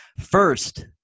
First